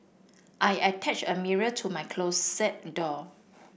I attached a mirror to my closet door